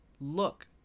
look